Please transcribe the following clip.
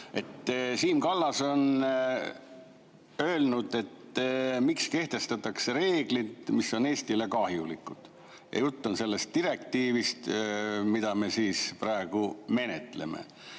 Siim Kallas on küsinud, miks kehtestatakse reeglid, mis on Eestile kahjulikud. Jutt on sellest direktiivist, mida me praegu menetleme.